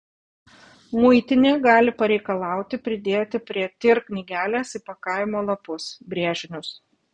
muitinė gali pareikalauti pridėti prie tir knygelės įpakavimo lapus brėžinius